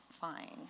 fine